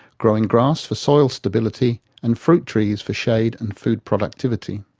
growing grass for soil stability, and fruit trees for shade and food productivity.